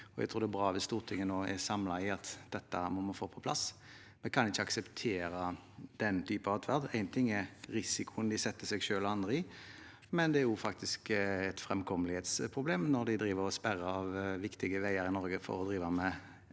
Jeg tror det er bra hvis Stortinget nå kan være samlet om at vi må få dette på plass. Vi kan ikke akseptere den typen adferd. Én ting er risikoen de setter seg selv og andre i, men det blir også et framkommelighetsproblem når de sperrer av viktige veier i Norge for å drive med